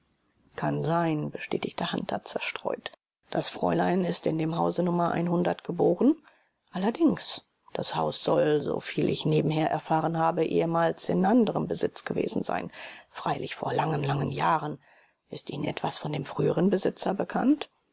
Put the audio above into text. kann sein bestätigte hunter zerstreut das fräulein ist in dem hause nummer einhundert geboren allerdings das haus soll soviel ich nebenher erfahren habe ehemals in anderem besitz gewesen sein freilich vor langen langen jahren ist ihnen etwas von dem früheren besitzer bekannt